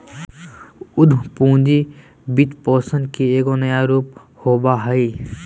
उद्यम पूंजी वित्तपोषण के एगो नया रूप होबा हइ